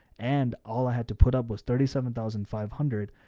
and all i had to put up was thirty seven thousand five hundred,